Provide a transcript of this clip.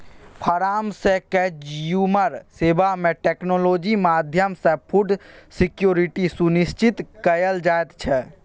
farm सँ consumer सेबा मे टेक्नोलॉजी माध्यमसँ फुड सिक्योरिटी सुनिश्चित कएल जाइत छै